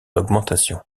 augmentation